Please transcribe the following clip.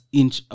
inch